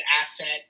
asset